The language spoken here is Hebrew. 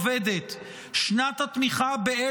שנת שיקום ההתיישבות העובדת,